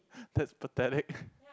that's pathetic